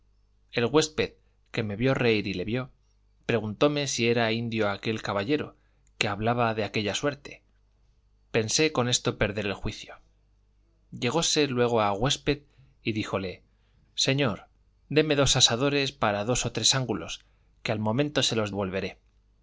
el huésped que me vio reír y le vio preguntóme que si era indio aquel caballero que hablaba de aquella suerte pensé con esto perder el juicio llegóse luego al güésped y díjole señor déme dos asadores para dos o tres ángulos que al momento se los volveré